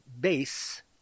BASE